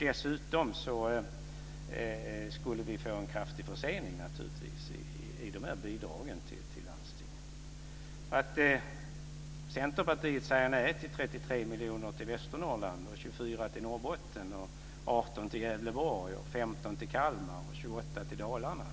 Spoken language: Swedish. Dessutom skulle vi få en kraftig försening av de här bidragen till landstingen. Att Centerpartiet säger nej till 33 miljoner till Västernorrland, 24 miljoner till Norrbotten, 18 Dalarna